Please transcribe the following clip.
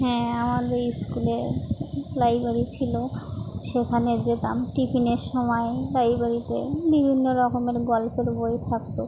হ্যাঁ আমাদের স্কুলে লাইব্রেরি ছিলো সেখানে যেতাম টিফিনের সময় লাইব্রেরিতে বিভিন্ন রকমের গল্পের বই থাকতো